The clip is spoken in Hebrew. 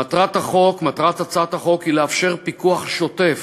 מטרת הצעת החוק היא לאפשר פיקוח שוטף